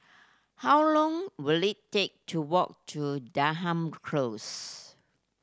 how long will it take to walk to Denham Close